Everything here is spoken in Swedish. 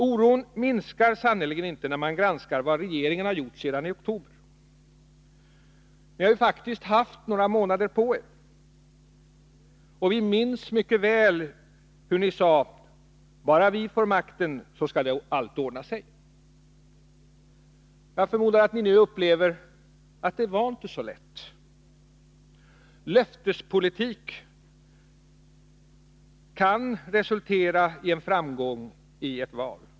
Oron minskar sannerligen inte när man granskar vad regeringen har gjort sedan i oktober. Ni har faktiskt haft några månader på er. Vi minns mycket väl hur ni sade: Bara vi får makten, skall allt ordna sig. Jag förmodar att ni nu upplever att det inte var så lätt. Löftespolitik kan resultera i framgång i ett val.